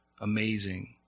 Amazing